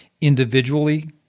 individually